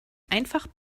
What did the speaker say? einfach